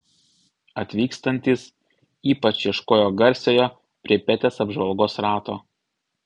atvykstantys ypač ieškojo garsiojo pripetės apžvalgos rato